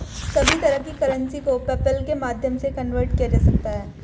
सभी तरह की करेंसी को पेपल्के माध्यम से कन्वर्ट किया जा सकता है